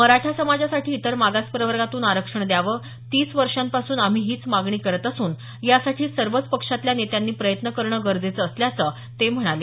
मराठा समाजासाठी इतर मागास प्रवर्गातून आरक्षण द्यावं तीस वर्षापासून आम्ही हीच मागणी करत असून यासाठी सर्वच पक्षातल्या नेत्यांनी प्रयत्न करणं गरजेचं असल्याचं ते म्हणाले